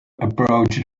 approached